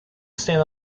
stand